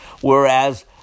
whereas